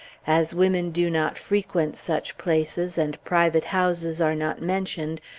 as women do not frequent such places, and private houses are not mentioned,